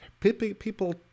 people